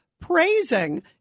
praising